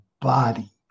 body